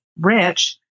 rich